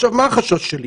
עכשיו, מה החשש שלי?